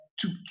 two